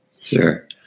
Sure